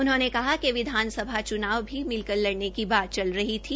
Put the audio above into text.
उन्होंने कहा कि विधानसभा चुनाव भी मिलकर लड़ने की बात चल रही थी